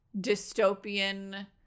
dystopian